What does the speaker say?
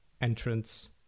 entrance